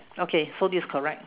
okay so this correct